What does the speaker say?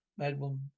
madwoman